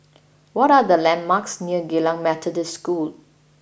what are the landmarks near Geylang Methodist School